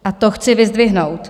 A to chci vyzdvihnout.